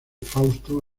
fausto